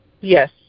Yes